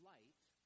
light